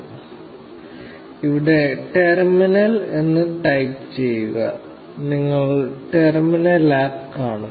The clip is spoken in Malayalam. ഇപ്പോൾ ഇവിടെ 'ടെർമിനൽ' എന്ന് ടൈപ്പ് ചെയ്യുക നിങ്ങൾ ടെർമിനൽ ആപ്പ് കാണും